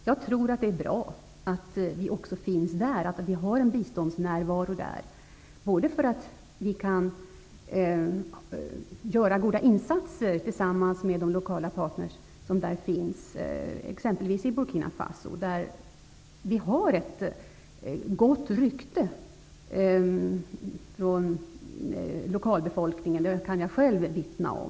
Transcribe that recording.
Jag tror att det är bra att vi har en biståndsnärvaro också där, därför att vi tillsammans med de lokala partner som finns exempelvis i Burkina Faso kan göra goda insatser. Vi har ett gott rykte bland lokalbefolkningen -- det kan jag själv vittna om.